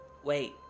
Wait